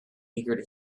eager